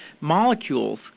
molecules